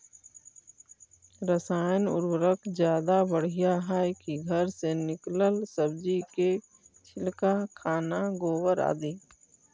रासायन उर्वरक ज्यादा बढ़िया हैं कि घर से निकलल सब्जी के छिलका, खाना, गोबर, आदि?